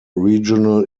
regional